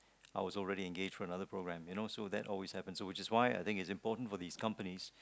I was already engaged for another program you know so that always happens so which is why I think it's so important for these companies